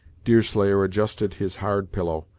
deerslayer adjusted his hard pillow,